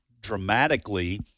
dramatically